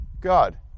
God